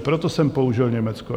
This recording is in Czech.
Proto jsem použil Německo.